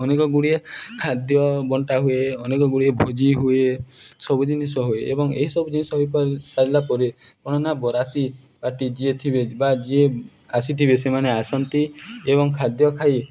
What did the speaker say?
ଅନେକଗୁଡ଼ିଏ ଖାଦ୍ୟ ବଣ୍ଟା ହୁଏ ଅନେକଗୁଡ଼ିଏ ଭୋଜି ହୁଏ ସବୁ ଜିନିଷ ହୁଏ ଏବଂ ଏହିସବୁ ଜିନିଷ ସାରିଲା ପରେ କ'ଣ ନା ବରାତି ପାର୍ଟି ଯିଏ ଥିବେ ବା ଯିଏ ଆସିଥିବେ ସେମାନେ ଆସନ୍ତି ଏବଂ ଖାଦ୍ୟ ଖାଇ